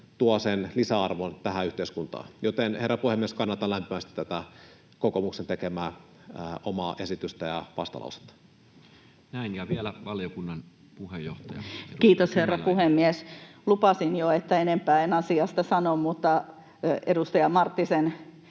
tuo lisäarvon tähän yhteiskuntaan, joten, herra puhemies, kannatan lämpimästi tätä kokoomuksen tekemää omaa esitystä ja vastalausetta. Näin, ja vielä valiokunnan puheenjohtaja, edustaja Kymäläinen. Kiitos, herra puhemies! Lupasin jo, että enempää en asiasta sano, mutta edustaja Marttisen